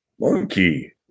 Monkey